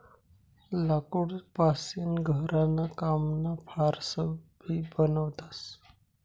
लाकूड पासीन घरणा कामना फार्स भी बनवतस